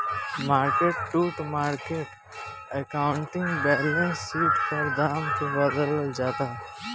market to market accounting balance sheet पर दाम के बदलल जाला